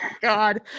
God